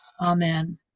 amen